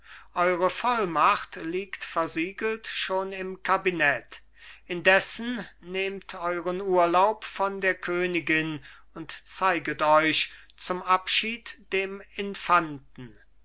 eure vollmacht liegt versiegelt schon im kabinett indessen nehmt euren urlaub von der königin und zeiget euch zum abschied dem